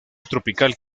tropical